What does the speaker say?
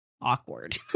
awkward